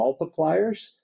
multipliers